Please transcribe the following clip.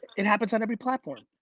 it happens on every platform.